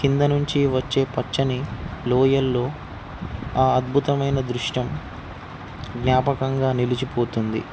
కింద నుంచి వచ్చే పచ్చని లోయల్లో ఆ అద్భుతమైన దృశ్యం జ్ఞాపకంగా నిలిచిపోతుంది